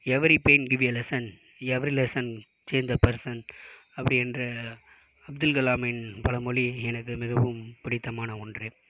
every pain give a lesson every lesson change the person அப்படி என்று அப்துல் கலாமின் பழமொழி எனக்கு மிகவும் பிடித்தமான ஒன்று